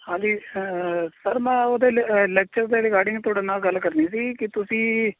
ਹਾਂਜੀ ਸਰ ਮੈਂ ਉਹਦੇ ਲੈਕਚਰ ਰਿਗਾਰਡਿੰਗ ਤੁਹਾਡੇ ਨਾਲ ਗੱਲ ਕਰਨੀ ਸੀ ਕਿ ਤੁਸੀਂ